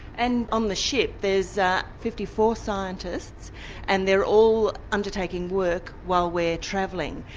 and on the ship there's fifty four scientists and they're all undertaking work while we're travelling.